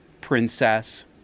princess